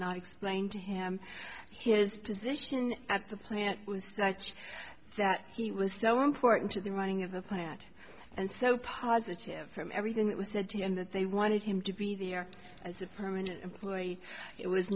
not explained to him his position at the plant was such that he was so important to the running of the plant and so positive from everything that was said to him that they wanted him to be there as a permanent employee it was